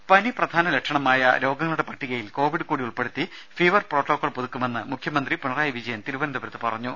ദരര പനി പ്രധാന ലക്ഷണമായ രോഗങ്ങളുടെ പട്ടികയിൽ കോവിഡ് കൂടി ഉൾപ്പെടുത്തി ഫീവർ പ്രോട്ടോക്കൊൾ പുതുക്കുമെന്ന് മുഖ്യമന്ത്രി പിണറായി വിജയൻ പറഞ്ഞു